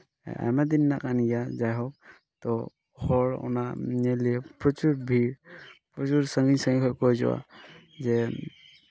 ᱟᱭᱢᱟ ᱫᱤᱱ ᱨᱮᱱᱟᱜ ᱠᱟᱱᱟ ᱱᱤᱭᱟᱹ ᱡᱟᱭᱦᱳᱠ ᱛᱚ ᱦᱚᱲ ᱚᱱᱟ ᱧᱮᱞ ᱞᱟᱹᱜᱤᱫ ᱯᱨᱚᱪᱷᱩᱨ ᱵᱷᱤᱲ ᱯᱨᱚᱪᱩᱨ ᱥᱟᱺᱜᱤᱧ ᱥᱟᱺᱜᱤᱧ ᱠᱷᱚᱡ ᱠᱚ ᱦᱤᱡᱩᱜᱼᱟ ᱡᱮ